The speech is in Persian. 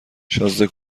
شازده